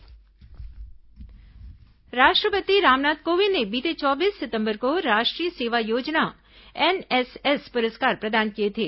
NSS award राष्ट्रपति रामनाथ कोविंद ने बीते चौबीस सितंबर को राष्ट्रीय सेवा योजना एनएसएस पुरस्कार प्रदान किए थे